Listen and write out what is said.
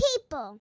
people